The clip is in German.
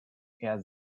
eher